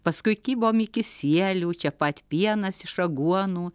paskui kibom į kisielių čia pat pienas iš aguonų